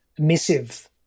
emissive